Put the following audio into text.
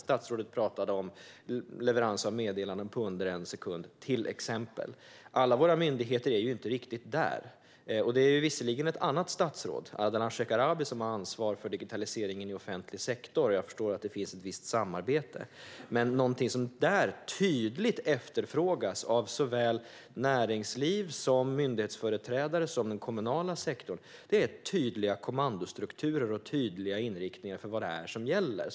Statsrådet pratade om leverans av meddelanden på under en sekund, till exempel. Alla våra myndigheter är inte riktigt där. Det är visserligen ett annat statsråd, Ardalan Shekarabi, som har ansvar för digitaliseringen inom offentlig sektor, och jag förstår att det finns ett visst samarbete. Men något som tydligt efterfrågas av såväl näringsliv som myndighetsföreträdare och den kommunala sektorn är tydliga kommandostrukturer och inriktningar för vad som gäller.